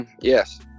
yes